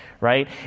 right